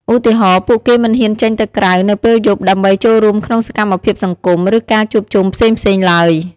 ឧទាហរណ៍ ពួកគេមិនហ៊ានចេញទៅក្រៅនៅពេលយប់ដើម្បីចូលរួមក្នុងសកម្មភាពសង្គម ឬការជួបជុំផ្សេងៗឡើយ។